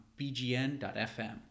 bgn.fm